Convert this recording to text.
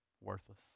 worthless